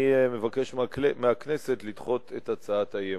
אני מבקש מהכנסת לדחות את הצעת האי-אמון.